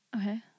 Okay